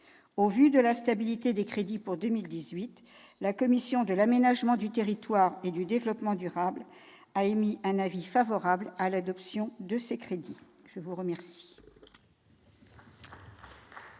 Au vu de la stabilité des crédits pour 2018, la commission de l'aménagement du territoire et du développement durable a émis un avis favorable à l'adoption de ces crédits. Mes chers